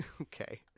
Okay